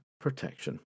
protection